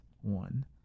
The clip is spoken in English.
one